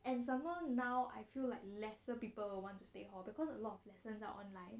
and some more now I feel like lesser people want to stay in hall because a lot of lessons are online